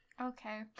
Okay